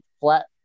flat